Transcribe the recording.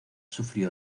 sufrió